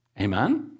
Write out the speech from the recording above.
Amen